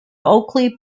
oakleigh